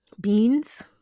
beans